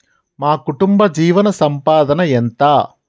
మా కుటుంబ జీవన సంపాదన ఎంత?